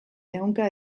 ehunka